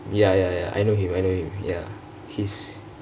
ya ya ya I know him I know him his